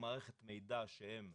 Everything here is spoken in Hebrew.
צריך לשים לב שההגדרה כגוף מבוקר תחול